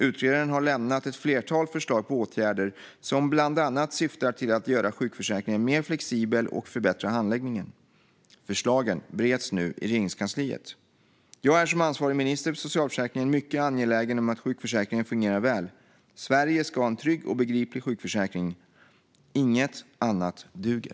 Utredaren har lämnat ett flertal förslag på åtgärder som bland annat syftar till att göra sjukförsäkringen mer flexibel och förbättra handläggningen. Förslagen bereds nu i Regeringskansliet Jag är som ansvarig minister för socialförsäkringen mycket angelägen om att sjukförsäkringen fungerar väl. Sverige ska ha en trygg och begriplig sjukförsäkring. Inget annat duger.